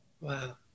Wow